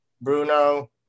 Bruno